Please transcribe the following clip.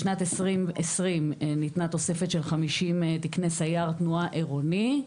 בשנת 2020 ניתנה תוספת של 50 תקני סייר תנועה עירוני.